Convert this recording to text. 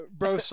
bro